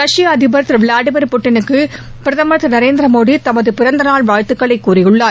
ரஷ்ப அதிபர் திரு விளாடிமீர் புதினுக்கு பிரதமர் திரு நரேந்திரமோடி தமது பிறந்தநாள் வாழ்த்துகளை தெரிவித்துள்ளார்